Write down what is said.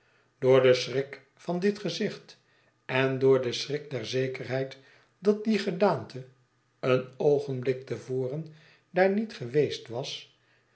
door den schrik van dit gezicht en door den schrik der zekerheid dat die gedaante een oogenblik te voren daar niet geweest was